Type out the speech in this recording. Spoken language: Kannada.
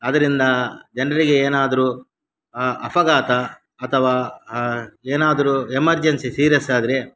ಅದರಿಂದ ಜನ್ರಿಗೆ ಏನಾದ್ರೂ ಅಪಘಾತ ಅಥವಾ ಏನಾದ್ರೂ ಎಮರ್ಜೆನ್ಸಿ ಸೀರಿಯಸ್ಸಾದರೆ